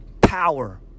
power